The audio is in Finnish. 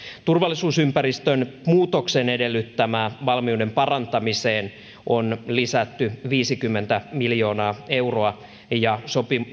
turvallisuusympäristön muutoksen edellyttämän valmiuden parantamiseen on lisätty viisikymmentä miljoonaa euroa ja